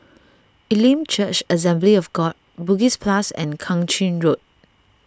Elim Church Assembly of God Bugis Plus and Kang Ching Road